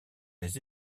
les